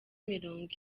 mirongo